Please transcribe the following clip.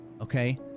Okay